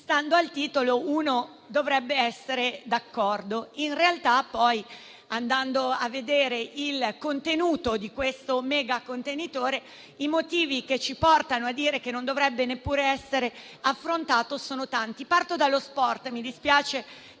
Stando al titolo si dovrebbe essere d'accordo. In realtà, però, andando a vedere il contenuto di questo mega contenitore, i motivi che ci portano a dire che non dovrebbe neppure essere affrontato sono tanti. Parto dallo sport; mi dispiace